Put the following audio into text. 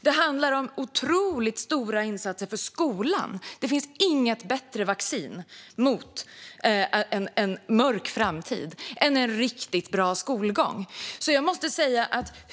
Det handlar om otroligt stora insatser för skolan, för det finns inget bättre vaccin mot en mörk framtid än en riktigt bra skolgång.